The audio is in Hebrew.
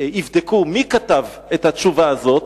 שיבדקו מי כתב את התשובה הזאת,